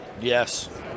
Yes